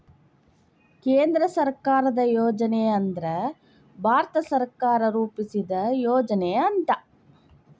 ಕೇಂದ್ರ ಸರ್ಕಾರದ್ ಯೋಜನೆ ಅಂದ್ರ ಭಾರತ ಸರ್ಕಾರ ರೂಪಿಸಿದ್ ಯೋಜನೆ ಅಂತ